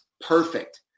perfect